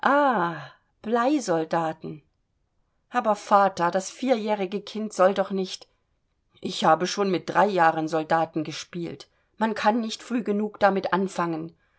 ah bleisoldaten aber vater das vierjährige kind soll doch nicht ich habe schon mit drei jahren soldaten gespielt man kann nicht früh genug damit anfangen